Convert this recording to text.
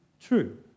True